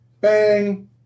Bang